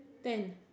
ten